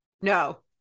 No